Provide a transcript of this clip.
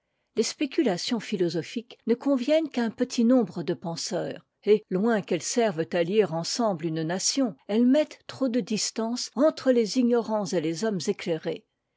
les spéculations philosophiques ne conviennent qu'à uu petit nombre de penseurs et loin qu'elles servent à lier ensemble une nation elles mettent trop de distance entre les ignorants et les hommes éclairés